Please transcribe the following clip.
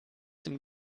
dem